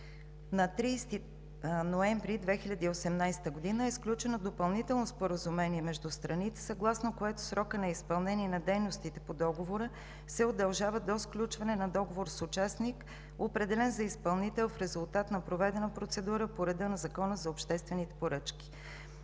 на 30 ноември 2018 г. е сключено Допълнително споразумение между страните, съгласно което срокът на изпълнение на дейностите по договора се удължава до сключване на договор с участник, определен за изпълнител в резултат на проведена процедура по реда на Закона за обществените поръчки.